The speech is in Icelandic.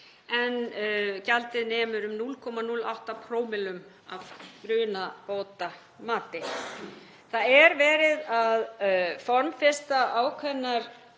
en gjaldið nemur um 0,08‰ af brunabótamati. Það er verið að formfesta ákveðnar